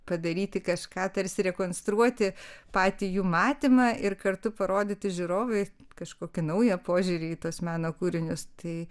padaryti kažką tarsi rekonstruoti patį jų matymą ir kartu parodyti žiūrovui kažkokį naują požiūrį į tuos meno kūrinius tai